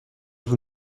vous